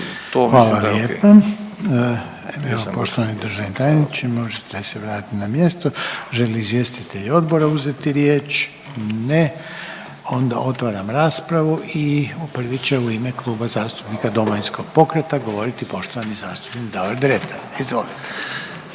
Hvala lijepa, evo poštovani državni tajniče možete se vratiti na mjesto. Žele li izvjestitelji odbora uzeti riječ? Ne, onda otvaram raspravu i prvi će u ime Kluba zastupnika Domovinskog pokreta govoriti poštovani zastupnik Davor Dretar. Izvolite.